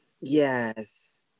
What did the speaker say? yes